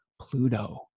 Pluto